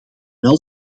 wel